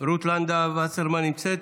רות לנדה וסרמן נמצאת?